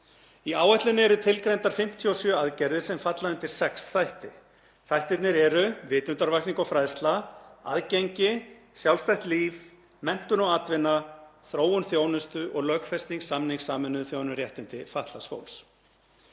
Í áætluninni eru tilgreindar 57 aðgerðir sem falla undir sex þætti. Þættirnir eru vitundarvakning og fræðsla, aðgengi, sjálfstætt líf, menntun og atvinna, þróun þjónustu og lögfesting samnings Sameinuðu þjóðanna um réttindi fatlaðs fólks.